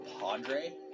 Padre